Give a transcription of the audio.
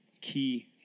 Key